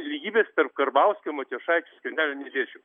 lygybės tarp karbauskio matijošaičio skvernelio nedėčiau